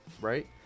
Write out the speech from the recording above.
right